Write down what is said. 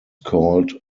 called